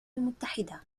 المتحدة